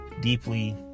deeply